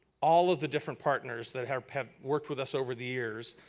all of the different partners that have have worked with us over the years,